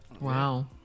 Wow